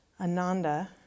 Ananda